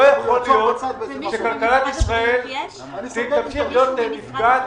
לא יכול להיות שכלכלת ישראל תמשיך להיות נפגעת